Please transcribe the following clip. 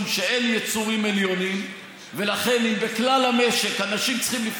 אם אני מוכיח אז הכול טוב,